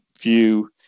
view